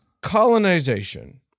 colonization